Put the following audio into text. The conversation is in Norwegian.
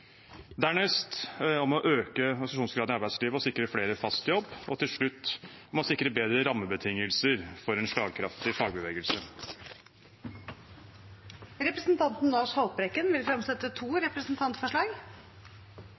om å øke organisasjonsgraden i arbeidslivet og sikre flere fast jobb. Til slutt fremmer jeg et forslag om å sikre bedre rammebetingelser for en slagkraftig fagbevegelse. Representanten Lars Haltbrekken vil fremsette to representantforslag.